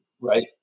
right